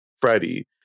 Freddie